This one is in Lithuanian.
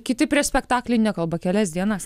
kiti prieš spektaklį nekalba kelias dienas